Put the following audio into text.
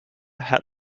had